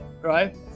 right